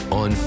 on